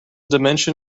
dimension